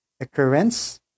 occurrence